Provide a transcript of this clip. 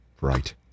Right